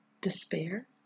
despair